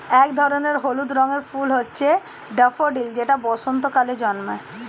এক ধরনের হলুদ রঙের ফুল হচ্ছে ড্যাফোডিল যেটা বসন্তকালে জন্মায়